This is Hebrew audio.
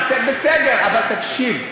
אתם בסדר, אבל תקשיב.